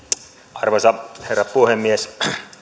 arvoisa herra puhemies